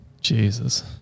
Jesus